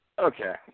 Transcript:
Okay